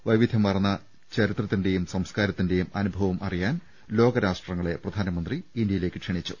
വൈവിധ്യമാർന്ന ചരിത്രത്തി ന്റെയും സംസ്കാരത്തിന്റെയും അനുഭവം അറിയാൻ ലോക രാഷ്ട്രങ്ങളെ പ്രധാനമന്ത്രി ഇന്ത്യയിലേക്ക് ക്ഷണിച്ചു